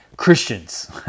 Christians